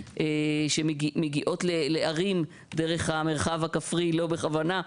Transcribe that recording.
שמגיעים לערים דרך המרחב הכפרי לא בכוונה,